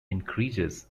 increases